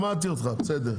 שמעתי אותך בסדר.